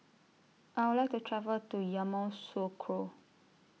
I Would like to travel to Yamoussoukro